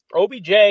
OBJ